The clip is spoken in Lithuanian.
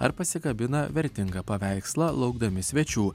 ar pasikabina vertingą paveikslą laukdami svečių